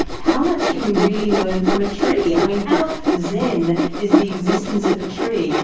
how much can we really learn from a tree? i mean, how zen is the existence of a tree?